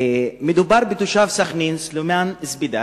מדובר בתושב סח'נין, סולימאן זבידאת,